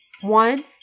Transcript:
One